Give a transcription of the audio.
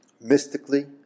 mystically